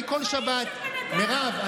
מירב,